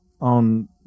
on